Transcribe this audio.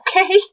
okay